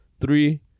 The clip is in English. three